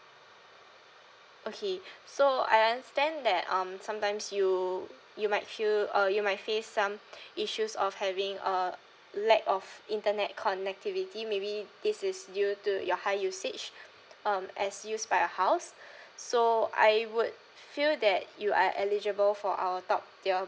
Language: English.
okay so I understand that um sometimes you you might feel uh you might face some issues of having uh lack of internet connectivity maybe this is due to your high usage um as used by a house so I would feel that you are eligible for our top tier